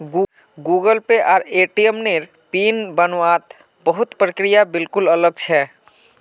Google Pay आर ATM नेर PIN बन वात बहुत प्रक्रिया बिल्कुल अलग छे